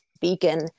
beacon